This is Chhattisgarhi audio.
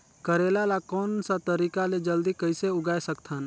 करेला ला कोन सा तरीका ले जल्दी कइसे उगाय सकथन?